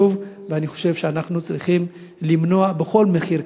ואני חושב שאנחנו צריכים למנוע בכל מחיר,